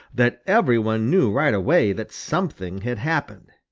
that every one knew right away that something had happened.